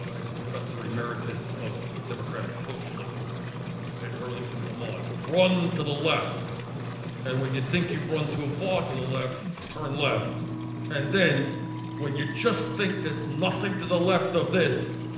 as a professor emeritus of democratic socialism at burlington vermont run to the left and when you think you've run too far to the left turn left and then when you just think there's nothing to the left of this,